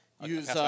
Use